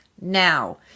now